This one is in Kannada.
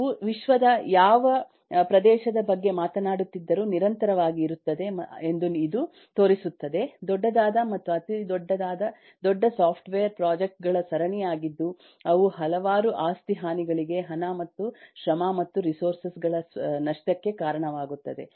ನೀವು ವಿಶ್ವದ ಯಾವ ಪ್ರದೇಶದ ಬಗ್ಗೆ ಮಾತನಾಡುತ್ತಿದ್ದರೂ ನಿರಂತರವಾಗಿ ಇರುತ್ತದೆ ಎಂದು ಇದು ತೋರಿಸುತ್ತದೆ ದೊಡ್ಡದಾದ ಮತ್ತು ಅತೀ ದೊಡ್ಡದಾದ ದೊಡ್ಡ ಸಾಫ್ಟ್ವೇರ್ ಪ್ರಾಜೆಕ್ಟ್ ಗಳ ಸರಣಿಯಾಗಿದ್ದು ಅವು ಹಲವಾರು ಆಸ್ತಿ ಹಾನಿಗಳಿಗೆ ಹಣ ಮತ್ತು ಶ್ರಮ ಮತ್ತು ರಿಸೋರ್ಸ್ ಗಳ ನಷ್ಟಕ್ಕೆ ಕಾರಣವಾಗುತ್ತವೆ